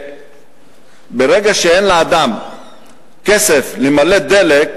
ברגע שאין לאדם כסף למלא דלק,